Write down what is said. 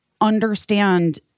understand